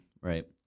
right